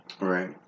Right